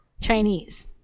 Chinese